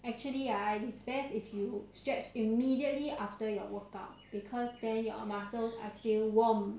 actually ah it's best if you stretch immediately after your workout because then your muscles are still warm